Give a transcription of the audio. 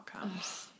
outcomes